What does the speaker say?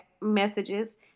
messages